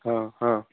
ହଁ ହଁ